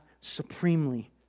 supremely